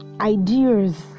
ideas